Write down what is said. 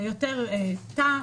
יותר תא.